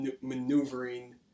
maneuvering